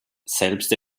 selbst